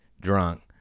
drunk